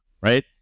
right